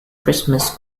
christmas